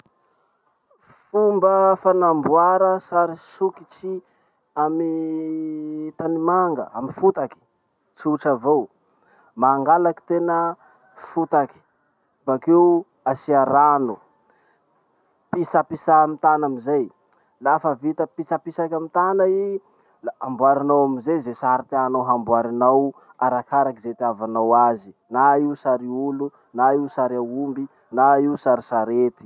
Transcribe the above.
Fomba fanamboara sary sokitsy amy tany manga, amy fotaky, tsotra avao. Mangalaky tena fotaky, bakeo asia rano, pitsapitsa amy tana amizay. Lafa vita pitsapitsaky amy tana i, la amboarinao amizay ze sary tianao hamboarinao arakaraky ze itiavanao azy, na io sary olo na io sary aomby, na io sary sarety.